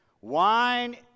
Wine